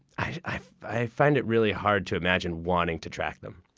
i i find it really hard to imagine wanting to track them.